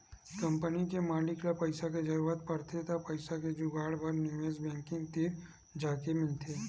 company के मालिक ल पइसा के जरूरत परथे त पइसा के जुगाड़ बर निवेस बेंकिग तीर जाके मिलथे